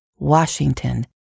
Washington